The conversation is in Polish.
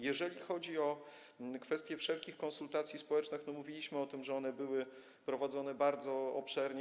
Jeżeli chodzi o kwestię wszelkich konsultacji społecznych, mówiliśmy o tym, że one były prowadzone bardzo obszernie.